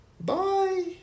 Bye